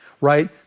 right